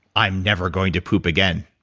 i'm never going to poop again.